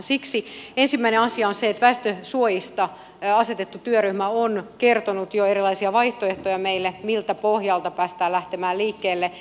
siksi ensimmäinen asia on se että väestönsuojista asetettu työryhmä on jo kertonut erilaisia vaihtoehtoja meille miltä pohjalta päästään lähtemään liikkeelle